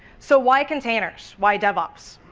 so why containers why devops?